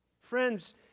Friends